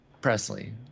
Presley